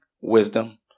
wisdom